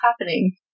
happening